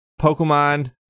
Pokemon